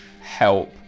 help